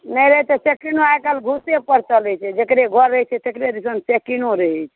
नहि रहतै चेकिङ्गो आइ काल्हि घुसे पर चलैत छै जेकरे घर रहतै छै तेकरे दिसन चेकिङ्गो रहैत छै